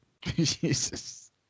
Jesus